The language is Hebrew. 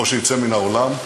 או שיצא מן האולם: